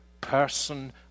person